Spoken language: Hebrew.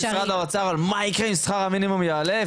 משרד האוצר על מה יקרה אם שכר המינימום יעלה,